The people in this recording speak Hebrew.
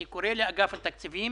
אני קורא לאגף התקציבים